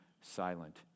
silent